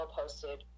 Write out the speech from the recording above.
posted